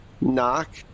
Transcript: knock